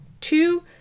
two